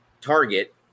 target